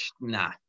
nah